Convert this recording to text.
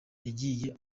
yagiye